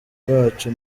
bacu